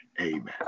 amen